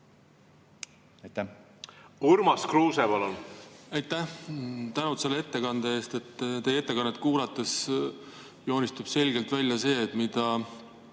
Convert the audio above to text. palun! Urmas Kruuse, palun! Aitäh! Tänud selle ettekande eest! Teie ettekannet kuulates joonistus selgelt välja see, et mida